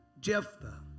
Jephthah